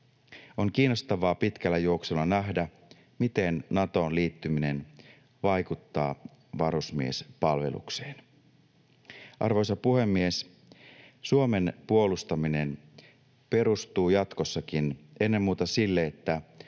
On kiinnostavaa pitkällä juoksulla nähdä, miten Natoon liittyminen vaikuttaa varusmiespalvelukseen. Arvoisa puhemies! Suomen puolustaminen perustuu jatkossakin ennen muuta sille, että